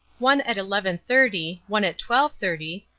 one at eleven-thirty, one at twelve-thirty,